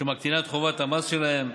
שמקטינה את חובת המס שלהם,